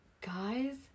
Guys